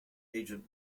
agent